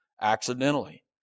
accidentally